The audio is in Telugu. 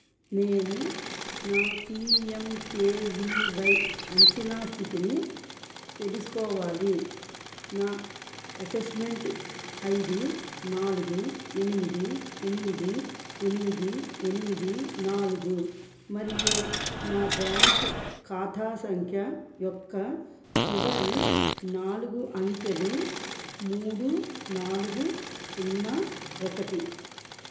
నేను నా P M K V Y అంచనా స్థితిని తెలుసుకోవాలి నా అసెస్మెంట్ ఐ డి నాలుగు ఎనిమిది ఎనిమిది ఎనిమిది ఎనిమిది నాలుగు మరియు నా బ్యాంకు ఖాతా సంఖ్య యొక్క చివరి నాలుగు అంకెలు మూడు నాలుగు సున్నా ఒకటి